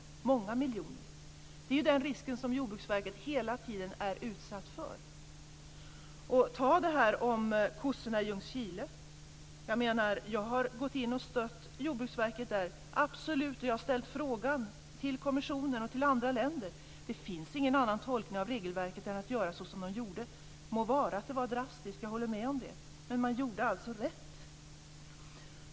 Det handlar om många miljoner. Det är den risken Jordbruksverket hela tiden är utsatt för. Ta det här med kossorna i Ljungskile. Jag har gått in och stött Jordbruksverket absolut där. Jag har ställt frågan till kommissionen och till andra länder. Det finns ingen annan tolkning av regelverket än att göra som man gjorde. Må vara att det var drastiskt, jag håller med om det. Men man gjorde alltså rätt.